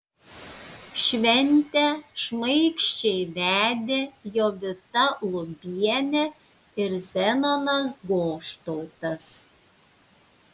šventę šmaikščiai vedė jovita lubienė ir zenonas goštautas